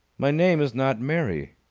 my name is not mary!